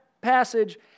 passage